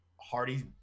Hardy